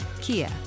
Kia